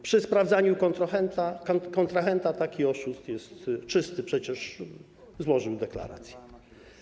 Przy sprawdzaniu kontrahenta taki oszust jest czysty, przecież złożył deklarację.